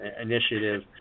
initiative